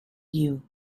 you